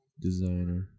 designer